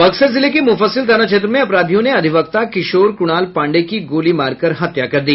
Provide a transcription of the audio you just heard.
बक्सर जिले के मुफस्सिल थाना क्षेत्र में अपराधियों ने अधिवक्ता किशोर कुणाल पांडेय की गोली मारकर हत्या कर दी